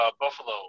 Buffalo